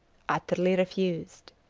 utterly refused.